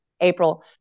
April